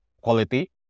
quality